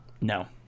No